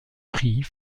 prix